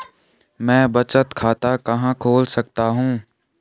मैं बचत खाता कहां खोल सकता हूँ?